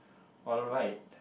alright